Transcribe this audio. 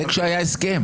זה כשהיה הסכם.